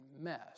mess